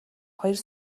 хоёр